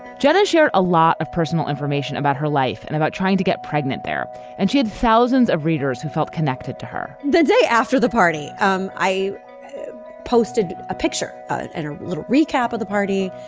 jenna shared a lot of personal information about her life and about trying to get pregnant there and she had thousands of readers who felt connected to her the day after the party um i posted a picture and a little recap of the party.